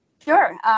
Sure